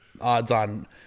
odds-on